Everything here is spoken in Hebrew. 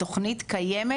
התוכנית קיימת,